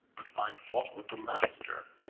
but find fault with the master,